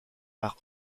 par